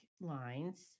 lines